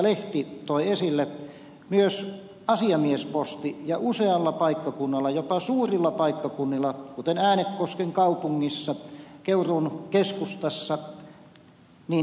lehti toi esille myös asiamiesposti ja usealla paikkakunnalla jopa suurilla paikkakunnilla kuten äänekosken kaupungissa keuruun keskustassa ja niin edelleen